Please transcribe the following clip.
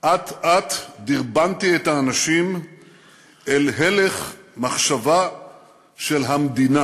"אט-אט דרבנתי את האנשים אל הלך מחשבה של המדינה